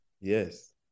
yes